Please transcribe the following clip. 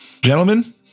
gentlemen